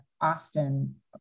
Austin